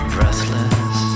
Breathless